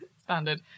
standard